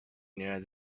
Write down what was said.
near